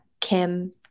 Kim